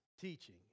teaching